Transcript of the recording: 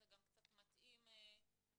זה גם קצת מתאים להערה,